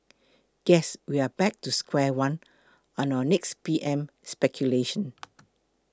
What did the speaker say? guess we are back to square one on our next P M speculation